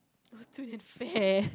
student fair